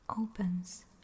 Opens